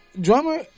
drummer